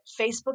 Facebook